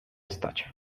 stać